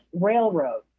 railroad